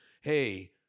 Hey